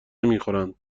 نمیخورند